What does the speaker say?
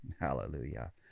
Hallelujah